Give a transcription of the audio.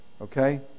Okay